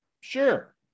Sure